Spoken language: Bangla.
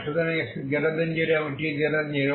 সুতরাং x0 এবং t0